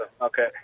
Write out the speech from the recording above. Okay